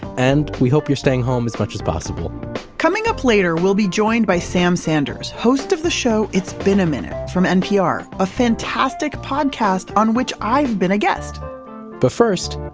and we hope you're staying home as much as possible coming up later, we'll be joined by sam sanders, host of the show it's been a minute from npr. a fantastic podcast on which i've been a guest but first,